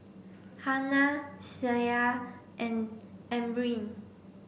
Hana Syah and Amrin